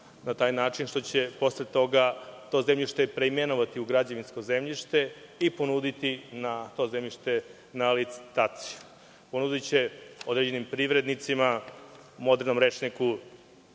na taj način što će posle toga to zemljište preimenovati u građevinsko zemljište i ponuditi to zemljište na licitaciju. Ponudiće određenim privrednicima, u modernom rečniku